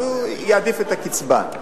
הוא יעדיף את הקצבה.